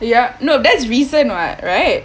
yup no that's recent [what] right